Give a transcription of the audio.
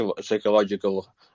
psychological